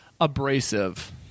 abrasive